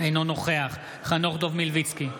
אינו נוכח חנוך דב מלביצקי,